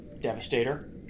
Devastator